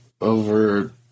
over